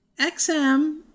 XM